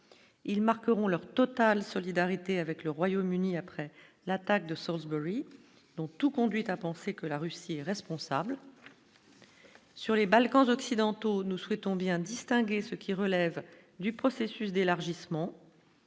ils marqueront leur totale solidarité avec le Royaume-Uni, après l'attaque de source dont tout conduit à penser que la Russie est responsable. Sur les Balkans occidentaux nous souhaitons bien distinguer ce qui relève du processus d'élargissement.